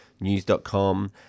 news.com